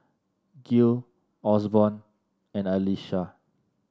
Gil Osborn and Alysha